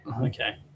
okay